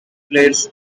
flares